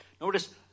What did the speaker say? Notice